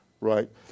right